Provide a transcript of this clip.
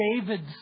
David's